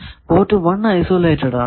port 1 isolated ആണ്